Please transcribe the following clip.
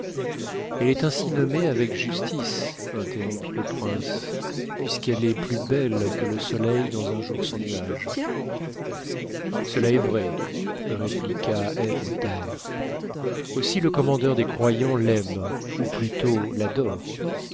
te est ainsi nommée avec justice interrompit le prince puisqu'elle est plus belle que le soleil dans un jour sans nuage cela est vrai répliqua ebn thaher aussi le commandeur des croyants l'aime ou plutôt l'adore